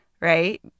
right